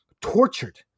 tortured